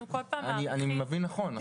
אני מבין נכון?